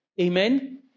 Amen